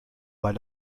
weil